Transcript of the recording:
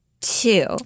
two